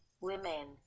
women